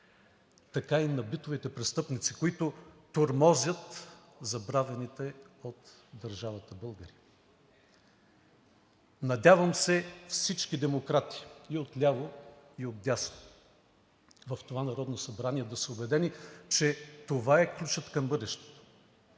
така и на битовите престъпници, които тормозят забравените от държавата българи. Надявам се всички демократи – и отляво, и отдясно в това Народно събрание, да са убедени, че това е ключът към бъдещето.